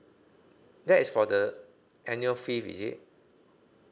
that is for the annual fee is it